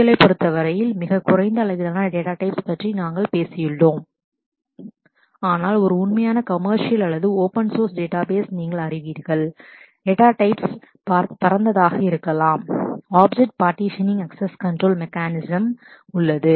SQL ஐப் பொறுத்தவரை மிகக் குறைந்த அளவிலான டேட்டா டைப்ஸ் பற்றி நாங்கள் பேசியுள்ளோம் ஆனால் ஒரு உண்மையான கமெர்சியல் commercial அல்லது ஓபன்சோர்ஸ் open source டேட்டாபேஸ் நீங்கள் அறிவீர்கள் டேட்டா டைப்ஸ் data types பரந்ததாக இருக்கலாம் object partitioning access control mechanism objects partitioning access control mechanism உள்ளது